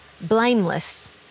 blameless